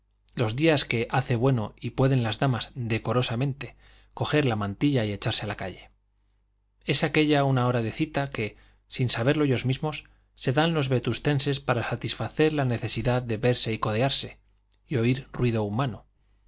los días que hace bueno y pueden las damas decorosamente coger la mantilla y echarse a la calle es aquella una hora de cita que sin saberlo ellos mismos se dan los vetustenses para satisfacer la necesidad de verse y codearse y oír ruido humano